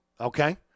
Okay